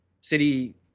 City